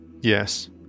Yes